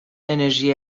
انرژی